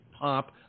pop